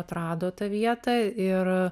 atrado tą vietą ir